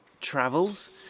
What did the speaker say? travels